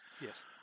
Yes